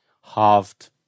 halved